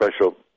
special